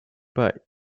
but